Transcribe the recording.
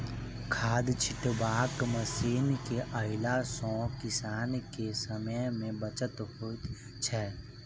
खाद छिटबाक मशीन के अयला सॅ किसान के समय मे बचत होइत छै